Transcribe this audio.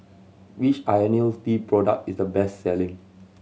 which Ionil T product is the best selling